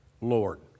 Lord